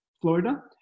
Florida